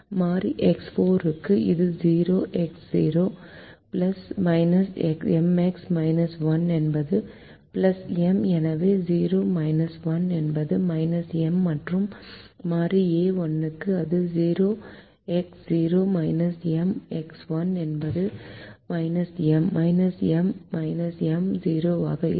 மாறி X4 க்கு இது 0 x 0 M x 1 என்பது M எனவே 0 M என்பது M மற்றும் மாறி a1 க்கு அது 0 x 0 M x 1 என்பது M M M 0 ஆக இருக்கும்